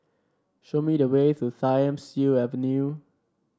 show me the way to Thiam Siew Avenue